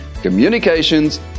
communications